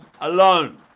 alone